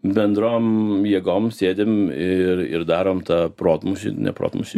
bendrom jėgom sėdim ir ir darom tą protmūšį ne protmūšį